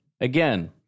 again